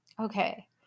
okay